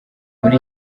muri